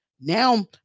Now